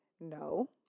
No